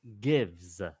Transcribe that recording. gives